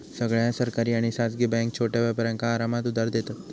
सगळ्या सरकारी आणि खासगी बॅन्का छोट्या व्यापारांका आरामात उधार देतत